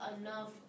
enough